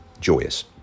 joyous